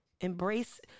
Embrace